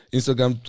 Instagram